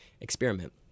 experiment